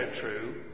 true